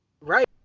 right